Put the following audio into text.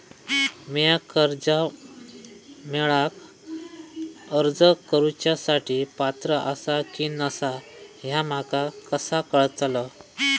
म्या कर्जा मेळाक अर्ज करुच्या साठी पात्र आसा की नसा ह्या माका कसा कळतल?